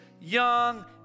young